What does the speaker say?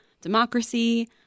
democracy